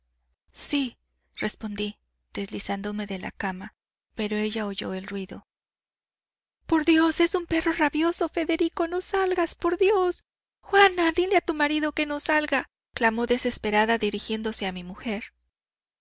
sentiste sí respondí deslizándome de la cama pero ella oyó el ruido por dios es un perro rabioso federico no salgas por dios juana dile a tu marido que no salga clamó desesperada dirigiéndose a mi mujer